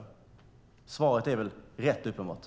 Svaret är rätt uppenbart.